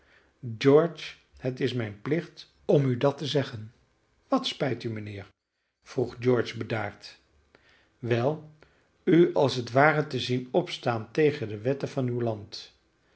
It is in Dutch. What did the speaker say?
zeggen george het is mijn plicht om u dat te zeggen wat spijt u mijnheer vroeg george bedaard wel u als het ware te zien opstaan tegen de wetten van uw land